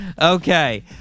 Okay